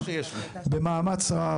במאמץ רב,